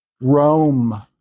Rome